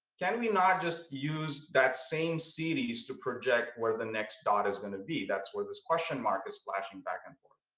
can we not just use that same cds to project where the next dot is going to be? that's where this question mark is flashing back and forth.